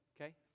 okay